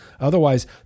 otherwise